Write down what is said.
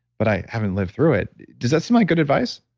but i haven't lived through it. does that sound like good advice?